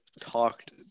talked